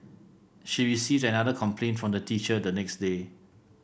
she received another complaint from the teacher the next day